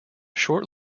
short